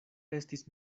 estis